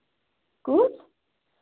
کُس